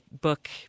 book